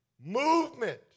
Movement